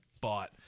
bought